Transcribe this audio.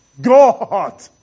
God